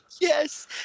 Yes